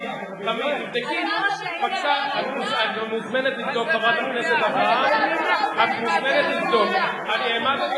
אתה כשאתה עולה לדבר, אתה מראש,